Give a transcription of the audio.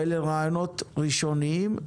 ואלה לה רעיונות ראשוניים,